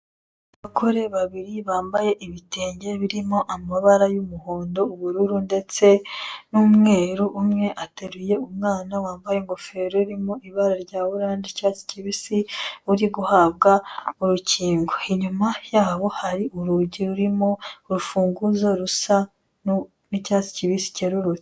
Abagore babiri bambaye ibitenge birimo amabara y'umuhondo, ubururu ndetse n'umweru, umwe ateruye umwana wambaye ingofero irimo ibara rya oranje, icyatsi kibisi uru guhabwa urukingo. Inyuma yabo hari urugi rurimo urufunguzo rusa n'icyatsi kibisi cyererutse.